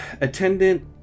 attendant